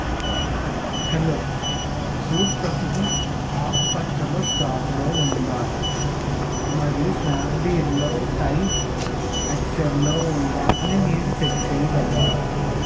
hello suit ప్రస్తుతం ఆకుపచ్చలో స్టాకులో ఉందా మరియు స్నాప్డీల్లో సైజ్ ఎక్స్ఎల్లో ఉందా అని మీరు చెక్ చేయగలరా